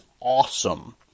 awesome